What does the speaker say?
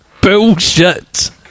bullshit